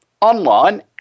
online